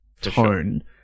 tone